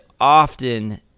often